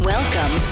Welcome